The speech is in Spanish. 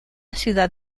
ciudad